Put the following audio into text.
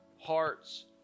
hearts